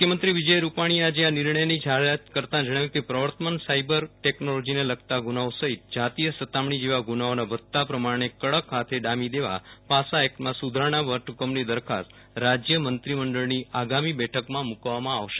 મુખ્યમંત્રી વિજય રૂપાણી આજે આ નિર્ણયની જાહેરાત કરતા જણાવ્યું કે પ્રવર્તમાન સાયબલ ટેકનોલોજીને લગતા ગુનાહો સહિત જાતીય સતામણી જેવા ગુનાઓના વધતા પ્રમાણને કડક હાથે ડામી દેવા પાસા એકટમાં સુધારાના વટહુકમની દરખાસ્ત રાજ્ય મંત્રીમંડળની આગામી બેઠકમાં મુકવામાં આવશે